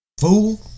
Fool